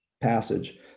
passage